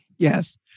Yes